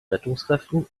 rettungskräften